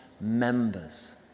members